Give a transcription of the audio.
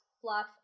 fluff